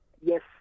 yes